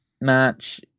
match